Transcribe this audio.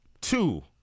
Two